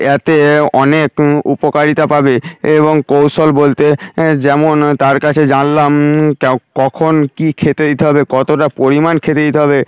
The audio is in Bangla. এতে অনেক উপকারিতা পাবে এবং কৌশল বলতে যেমন তার কাছে জানলাম তাও কখন কী খেতে দিতে হবে কতটা পরিমাণ খেতে দিতে হবে